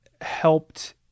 helped